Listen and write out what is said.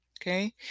Okay